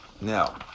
Now